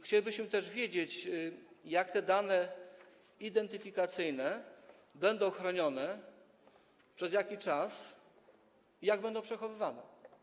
Chcielibyśmy też wiedzieć, jak te dane identyfikacyjne będą chronione, przez jaki czas, jak będą przechowywane.